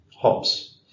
hops